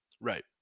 right